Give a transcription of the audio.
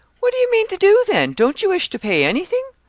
what do you mean to do then, don't you wish to pay anything?